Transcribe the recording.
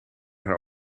haar